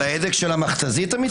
על ההדק של המכת"זית אתה מתכוון?